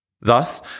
Thus